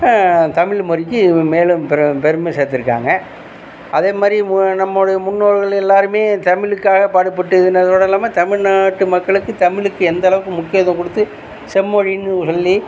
தமிழ்மொழிக்கு மேலும் பெரு பெருமை சேர்த்துருக்காங்க அதேமாதிரி மு நம்முடைய முன்னோர்கள் எல்லாருமே தமிழுக்காக பாடுபட்டு இதுனதோடு இல்லாமல் தமிழ்நாட்டு மக்களுக்கு தமிழுக்கு எந்த அளவுக்கு முக்கியத்துவம் கொடுத்து செம்மொழின்னு சொல்லி